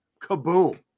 kaboom